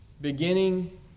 beginning